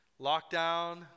Lockdown